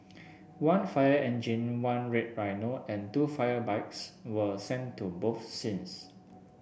one fire engine one red rhino and two fire bikes were sent to both scenes